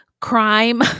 crime